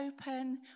open